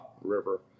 River